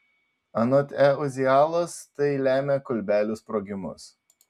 anot e uzialos tai lemia kolbelių sprogimus